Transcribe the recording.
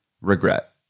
regret